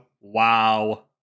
wow